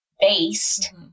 based